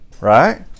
right